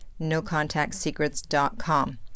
NoContactSecrets.com